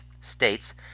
states